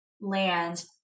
land